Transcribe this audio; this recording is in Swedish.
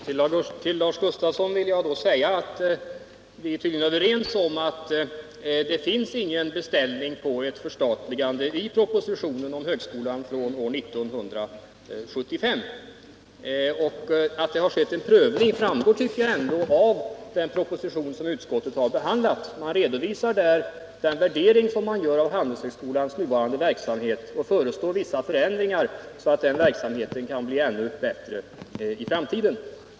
Herr talman! Till Lars Gustafsson vill jag säga att vi tydligen är överens om att det inte finns någon beställning på ett förstatligande i propositionen om högskolan från 1975. Att det har skett en prövning tycker jag framgår av den proposition utskottet har behandlat. Man redovisar där den värdering man gör av Handelshögskolans nuvarande verksamhet och föreslår vissa förändringar för att denna verksamhet skall bli ännu bättre i framtiden.